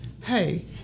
hey